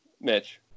mitch